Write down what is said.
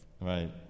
Right